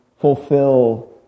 fulfill